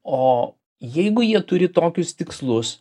o jeigu jie turi tokius tikslus